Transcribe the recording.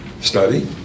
study